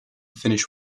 finish